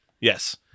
Yes